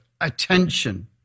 attention